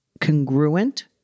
congruent